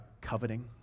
coveting